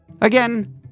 Again